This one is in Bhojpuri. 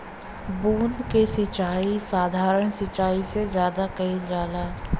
बूंद क सिचाई साधारण सिचाई से ज्यादा कईल जाला